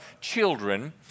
children